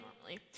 normally